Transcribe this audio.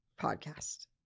podcast